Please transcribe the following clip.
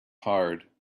hard